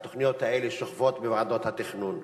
והתוכניות האלה שוכבות בוועדות התכנון.